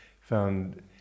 found